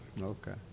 Okay